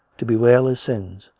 to bewail his sins,